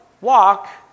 walk